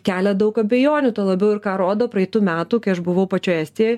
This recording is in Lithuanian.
kelia daug abejonių tuo labiau ir ką rodo praeitų metų kai aš buvau pačioj estijoj